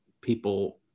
people